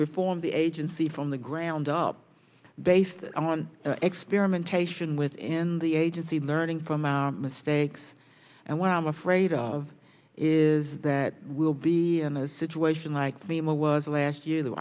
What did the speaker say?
reform the agency from the ground up based on experimentation within the agency learning from our mistakes and what i'm afraid of is that we'll be in a situation like memo was last year the